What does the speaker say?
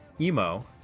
emo